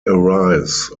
arrives